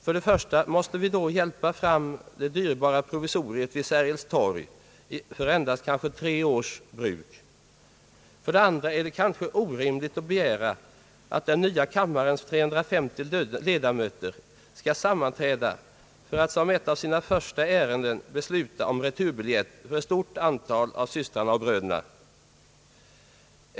För det första måste vi då hjälpa fram det dyrbara provisoriet vid Sergels torg för kanske endast tre års bruk. För det andra är det kanske orimligt att begära att den nya kammarens 350 ledamöter skall sammanträda för att som ett av sina första ärenden besluta om returbiljett för ett stort antal av systrarna och bröderna.